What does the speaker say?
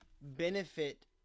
benefit